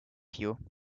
you